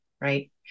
Right